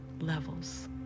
levels